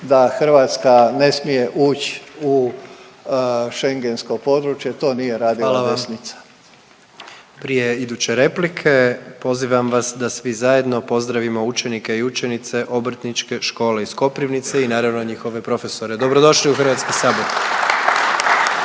radila desnica. **Jandroković, Gordan (HDZ)** Prije iduće replike pozivam vas da svi zajedno pozdravimo učenike i učenice Obrtničke škole iz Koprivnice i naravno njihove profesore, dobrodošli u HS. /Pljesak/